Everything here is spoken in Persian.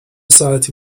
ساعتی